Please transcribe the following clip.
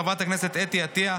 חברת הכנסת אתי עטייה,